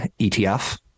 ETF